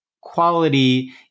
quality